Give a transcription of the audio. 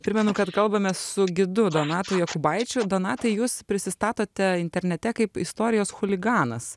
primenu kad kalbame su gidu donatui jokūbaičiui donatai jūs prisistatote internete kaip istorijos chuliganas